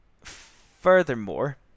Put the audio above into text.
Furthermore